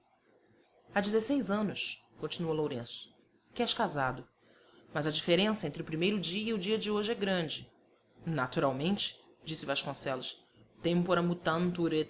há dezesseis anos continuou lourenço que és casado mas a diferença entre o primeiro dia e o dia de hoje é grande naturalmente disse vasconcelos tempora mutantur